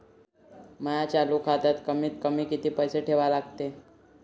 माया चालू खात्यात कमीत कमी किती पैसे ठेवा लागते?